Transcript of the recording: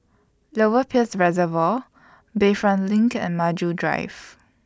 Lower Peirce Reservoir Bayfront LINK and Maju Drive